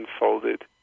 unfolded